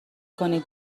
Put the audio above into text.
کنین